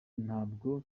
ntabwo